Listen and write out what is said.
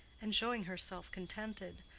and showing herself contented,